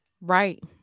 Right